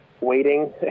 waiting